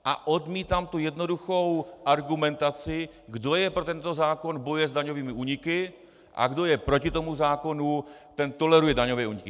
A odmítám tu jednoduchou argumentaci: kdo je pro tento zákon, bojuje s daňovými úniky, a kdo je proti tomu zákonu, ten toleruje daňové úniky.